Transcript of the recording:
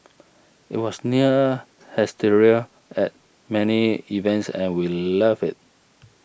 it was near hysteria at many events and we loved it